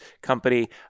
company